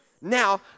Now